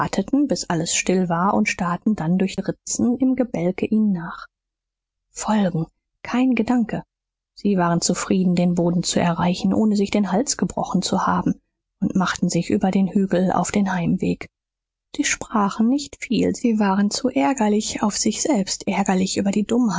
bis alles still war und starrten dann durch ritzen im gebälk ihnen nach folgen kein gedanke sie waren zufrieden den boden zu erreichen ohne sich den hals gebrochen zu haben und machten sich über den hügel auf den heimweg sie sprachen nicht viel sie waren zu ärgerlich auf sich selbst ärgerlich über die